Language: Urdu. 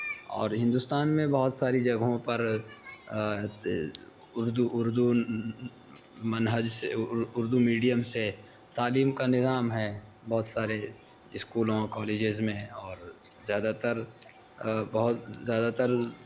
اور ہندوستان میں بہت ساری جگہوں پر اردو منہج سے اردو میڈیم سے تعلیم کا نظام ہے بہت سارے اسکولوں اور کالجز میں اور زیادہ تر بہت زیادہ تر